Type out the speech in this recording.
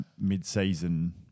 mid-season